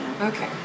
Okay